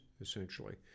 essentially